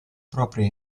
propria